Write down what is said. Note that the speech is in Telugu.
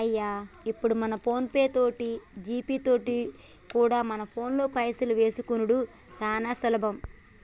అయ్యో ఇప్పుడు మనం ఫోన్ పే తోటి జీపే తోటి కూడా మన ఫోన్లో పైసలు వేసుకునిడు సానా సులభం